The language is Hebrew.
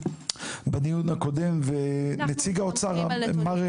בדיון הקודם ונציג האוצר אמר,